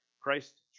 Christ